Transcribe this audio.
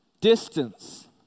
distance